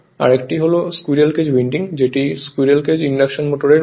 আরেকটি হলো squirrel cage winding যেটি স্কুইরেল কেজ ইন্ডাকশন মোটর এর মত